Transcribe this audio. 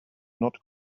not